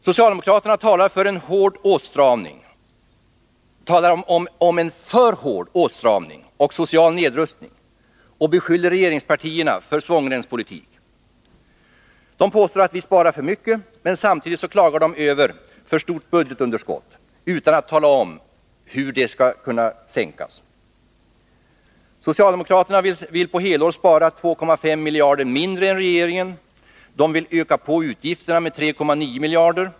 Socialdemokraterna talar om en för hård åtstramning och om social nedrustning och beskyller regeringspartierna för svångsremspolitik. De påstår att vi sparar för mycket, men samtidigt klagar de över ett för stort budgetunderskott, utan att tala om hur detta skall kunna sänkas. Socialdemokraterna vill på helår spara 2,5 miljarder mindre än regeringen. De vill öka utgifterna med 3,9 miljarder.